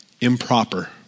improper